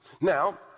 Now